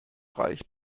reich